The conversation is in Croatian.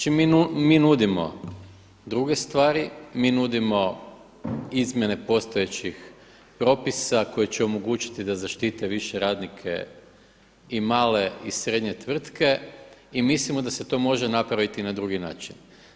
Čim mi nudimo druge stvari mi nudimo izmjene postojećih propisa koji će omogućiti da zaštite više radnike i male i srednje tvrtke i mislimo da se to može napraviti na drugi način.